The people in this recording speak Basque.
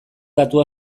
datu